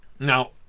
Now